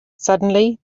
suddenly